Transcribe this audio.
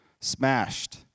smashed